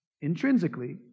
intrinsically